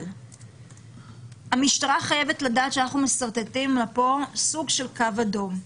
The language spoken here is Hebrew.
אבל המשטרה חייבת לדעת שאנחנו משרטטים לה פה סוג של קו אדום.